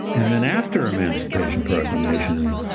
and then, after emancipation proclamation,